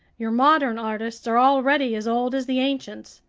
your modern artists are already as old as the ancients.